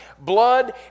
blood